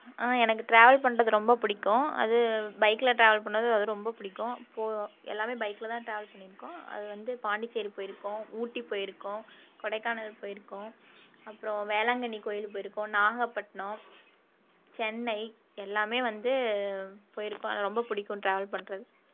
ஆ எனக்கு ட்ராவல் பண்ணுறது ரொம்ப பிடிக்கும் அது பைக்கில் ட்ராவல் பண்ணிணது அது ரொம்ப பிடிக்கும் இப்போது எல்லாமே பைக்கில் தான் ட்ராவல் பண்ணிருக்கோம் அது வந்து பாண்டிச்சேரி போயிருக்கோம் ஊட்டி போயிருக்கோம் கொடைக்கானல் போயிருக்கோம் அப்பறம் வேளாங்கண்ணி கோயில் போயிருக்கோம் நாகப்பட்டினம் சென்னை எல்லாமே வந்து போயிருக்கோம் ரொம்ப பிடிக்கும் ட்ராவல் பண்ணுறது